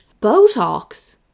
Botox